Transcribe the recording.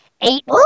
eight